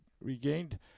regained